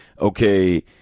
okay